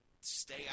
stay